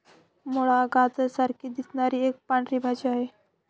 मुळा, गाजरा सारखी दिसणारी एक पांढरी भाजी आहे